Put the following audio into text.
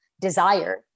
desire